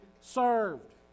served